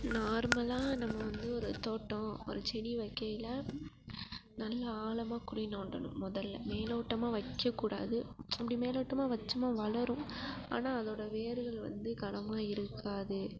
நார்மலாக நம்ம வந்து ஒரு தோட்டம் ஒரு செடி வைக்கையில் நல்ல ஆழமா குழி நோண்டணும் மொதலில் மேலோட்டமாக வைக்கக்கூடாது அப்படி மேலோட்டமாக வச்சோம்னால் வளரும் ஆனால் அதோடய வேர்கள் வந்து கனமாக இருக்காது